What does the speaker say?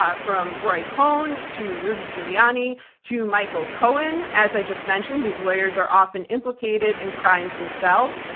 ah from roy cohn to rudy giuliani to michael cohen. as i just mentioned, these lawyers are often implicated in crimes themselves.